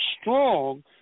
strong